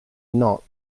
not